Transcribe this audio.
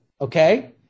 Okay